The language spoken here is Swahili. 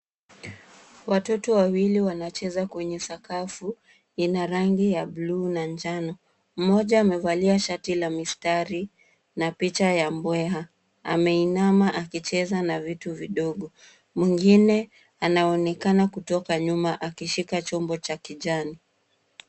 Watoto wawili wanacheza kwenye sakafu. Ina rangi ya bluu na njano. Mmoja amevalia shati la mistari na picha ya mbweha, ameinama akicheza na vitu vidogo. Mwingine anaonekana kutoka nyuma akishika chombo cha kijani.